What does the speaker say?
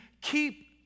keep